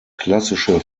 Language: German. klassische